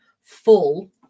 full